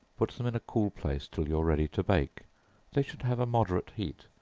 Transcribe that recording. put them in a cool place till you are ready to bake they should have a moderate heat,